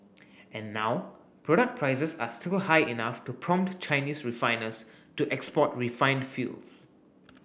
and now product prices are still high enough to prompt Chinese refiners to export refined fuels